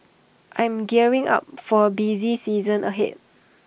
I am gearing up for A busy season ahead